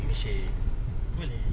yang ada fair eh banyak batu eh